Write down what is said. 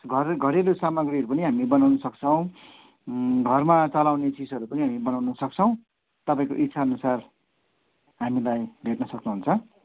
घर घरेलु सामग्रीहरू पनि हामी बनाउन सक्छौँ घरमा चलाउने चिजहरू पनि हामी बनाउन सक्छौँ तपाईँको इच्छाअनुसार हामीलाई भेट्न सक्नुहुन्छ